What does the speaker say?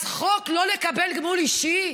אז חוק שלא לקבל גמול אישי?